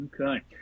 okay